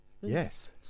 yes